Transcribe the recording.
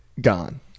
Gone